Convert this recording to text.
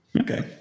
Okay